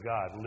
God